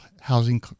housing